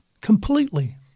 completely